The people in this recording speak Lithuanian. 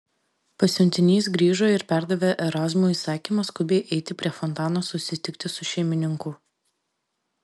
pasiuntinys grįžo ir perdavė erazmui įsakymą skubiai eiti prie fontano susitikti su šeimininku